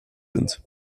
sind